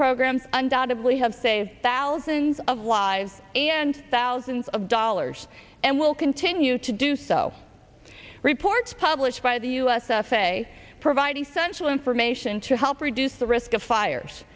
programs undoubtedly have saved thousands of lives and thousands of dollars and will continue to do so reports published by the u s f a a provide essential information to help reduce the risk of fires